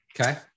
Okay